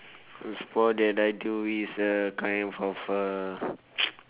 a sports that I do is a kind of of uh